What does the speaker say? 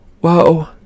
Whoa